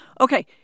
Okay